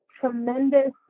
tremendous